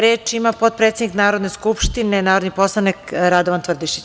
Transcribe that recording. Reč ima potpredsednik Narodne skupštine, narodni poslanik Radovan Tvrdišić.